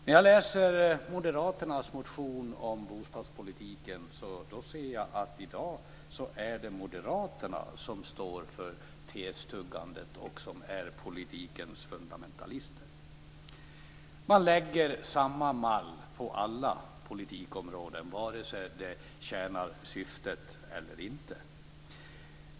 När jag läser moderaternas motion om bostadspolitiken ser jag att det i dag är moderaterna som står för testuggandet och som är politikens fundamentalister. Man lägger samma mall på alla politikområden, vare sig det tjänar syftet eller inte.